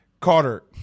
Carter